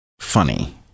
funny